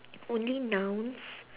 only nouns